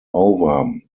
over